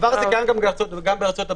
זה קיים גם בארצות הברית,